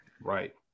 right